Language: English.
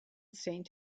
saint